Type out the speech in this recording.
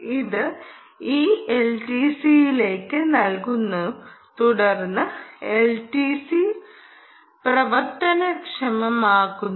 ഇത് ഈ എൽടിസിയിലേക്ക് നൽകുക തുടർന്ന് എൽടിസി പ്രവർത്തനക്ഷമമാക്കുക